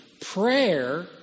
Prayer